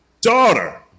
daughter